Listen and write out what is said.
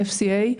FCA,